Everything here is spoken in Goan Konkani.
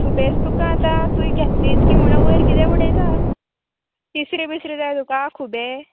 सुबेज तुका आतां तुयें घेतलीच की म्हुणू वयर किदें उडयता तिसरी बिसरे जाय तुका खुबे